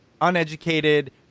uneducated